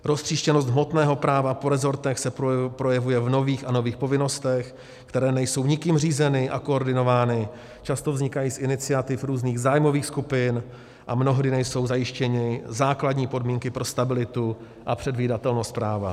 Roztříštěnost hmotného práva po rezortech se projevuje v nových a nových povinnostech, které nejsou nikým řízeny a koordinovány, často vznikají z iniciativ různých zájmových skupin a mnohdy nejsou zajištěny základní podmínky pro stabilitu a předvídatelnost práva.